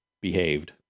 behaved